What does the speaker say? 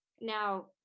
Now